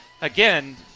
again